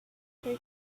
her